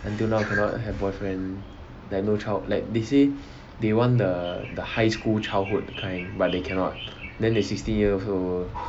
until now cannot have boyfriend like no child~ they say they want the the high school childhood kind but they cannot then they sixteen years old